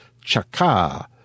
Chaka